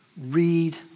read